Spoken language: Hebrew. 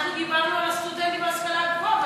דיברנו על סטודנטים בהשכלה הגבוהה.